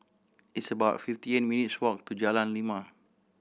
it's about fifty eight minutes' walk to Jalan Lima